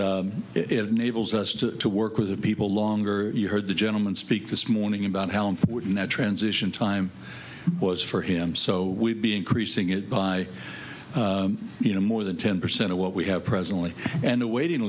us to work with people longer you heard the gentleman speak this morning about how important that transition time was for him so we'll be increasing it by you know more than ten percent of what we have presently and the waiting